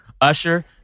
Usher